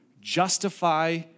justify